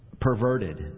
perverted